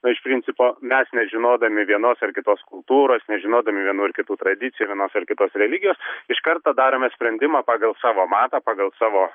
na iš principo mes nežinodami vienos ar kitos kultūros nežinodami vienų ar kitų tradicijų vienos ar kitos religijos iš karto darome sprendimą pagal savo matą pagal savo